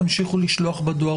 תמשיכו לשלוח בדואר,